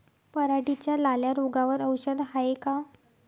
पराटीच्या लाल्या रोगावर औषध हाये का?